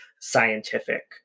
scientific